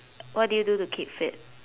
what do you do to keep fit